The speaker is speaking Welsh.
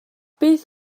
beth